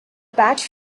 patch